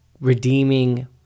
redeeming